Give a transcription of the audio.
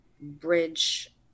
bridge